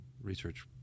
research